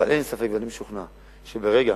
אבל אין ספק, ואני משוכנע, שברגע